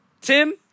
Tim